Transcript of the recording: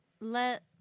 let